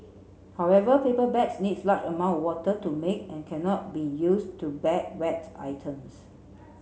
however paper bags need large amount of water to make and cannot be used to bag wet items